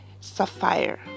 sapphire